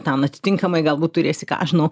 ten atitinkamai galbūt turėsi ką aš žinau